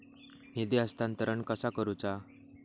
निधी हस्तांतरण कसा करुचा?